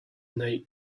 nate